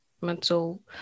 mental